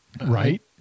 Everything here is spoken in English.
Right